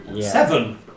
Seven